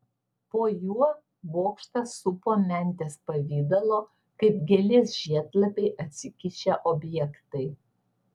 po juo bokštą supo mentės pavidalo kaip gėlės žiedlapiai atsikišę objektai